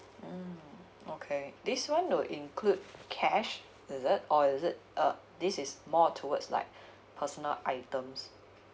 mm okay this [one] will include cash is it or is it uh this is more towards like personal items